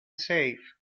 safe